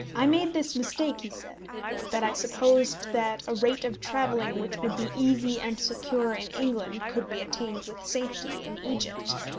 i made this mistake, he said that i supposed that a rate of travelling which would be easy and secure in england could be attained with safety in egypt.